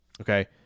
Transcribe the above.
Okay